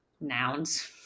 nouns